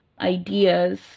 ideas